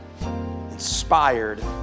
inspired